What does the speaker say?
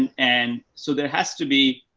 and, and so there has to be,